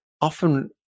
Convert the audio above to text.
often